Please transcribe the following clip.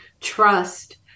trust